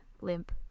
Limp